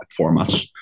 formats